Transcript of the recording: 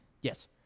Yes